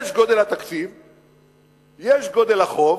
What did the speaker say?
יש גודל התקציב, יש גודל החוב,